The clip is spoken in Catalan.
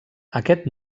aquest